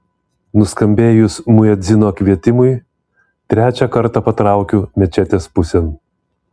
nuskambėjus muedzino kvietimui trečią kartą patraukiu mečetės pusėn